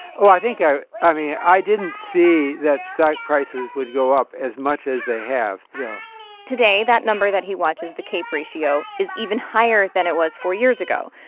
oh, i think i i mean, i didn't see that stock prices would go up as much as they have yeah today that number that he watches the cape ratio is even higher than it was four years ago,